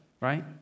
right